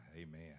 Amen